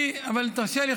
אבל תרשה לי,